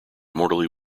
mortally